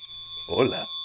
Hola